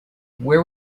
where